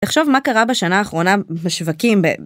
תחשוב מה קרה בשנה האחרונה בשווקים ב...